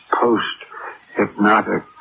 Post-hypnotic